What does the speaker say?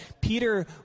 Peter